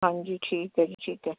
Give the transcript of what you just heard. ਹਾਂਜੀ ਠੀਕ ਹੈ ਜੀ ਠੀਕ ਹੈ